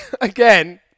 again